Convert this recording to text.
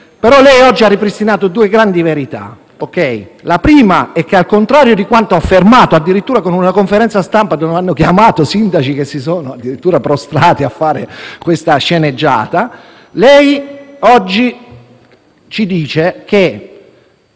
Lei oggi ha ripristinato due grandi verità: la prima è che, al contrario di quanto affermato, addirittura con una conferenza stampa cui hanno chiamato sindaci che si sono prostrati a questa sceneggiata, lei oggi ci dice che